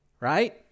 right